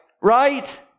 Right